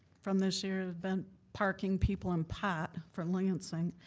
from this year have been parking people and pot from lansing.